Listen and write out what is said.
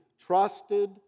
trusted